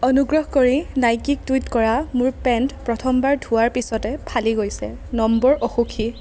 অনুগ্ৰহ কৰি নাইকিক টুইট কৰা মোৰ পেণ্ট প্ৰথমবাৰ ধোৱাৰ পিছতে ফালি গৈছে নম্বৰ অসুখী